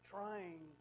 Trying